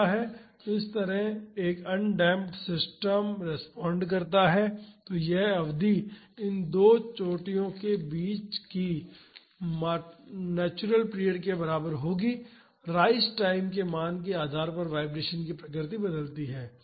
तो इस तरह एक अनडेम्प्ड सिस्टम रेस्पॉन्ड करता है तो यह अवधि इन 2 चोटियों के बीच की मातुराल पीरियड के बराबर होगी राइज टाइम के मान के आधार पर वाईब्रेशन की प्रकृति बदलती है